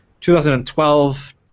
2012